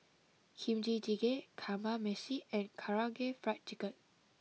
Kimchi Jjigae Kamameshi and Karaage Fried Chicken